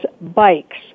Bikes